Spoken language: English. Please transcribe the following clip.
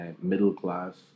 middle-class